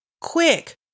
quick